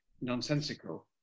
nonsensical